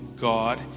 God